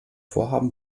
vorhaben